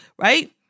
right